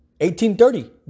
1830